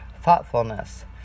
thoughtfulness